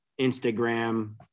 Instagram